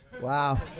Wow